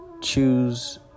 choose